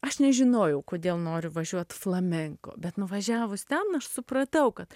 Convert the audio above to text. aš nežinojau kodėl noriu važiuot flamenko bet nuvažiavus ten aš supratau kad